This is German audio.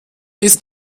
ist